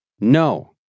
No